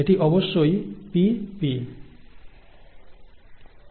এটি অবশ্যই pp এবং এটি pp